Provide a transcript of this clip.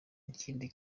ikindi